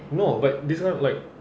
no but this kind of like